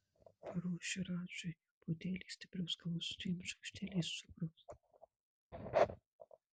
paruošiu radžiui puodelį stiprios kavos su dviem šaukšteliais cukraus